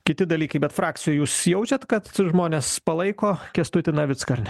kiti dalykai bet frakcijoj jūs jaučiat kad žmonės palaiko kęstutį navicką ar ne